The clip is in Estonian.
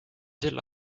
selle